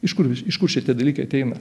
iš kur jūs iš kur šitie dalykai ateina